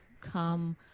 come